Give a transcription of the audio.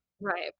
Right